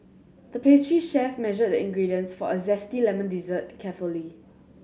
the pastry chef measured the ingredients for a zesty lemon dessert carefully